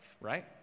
right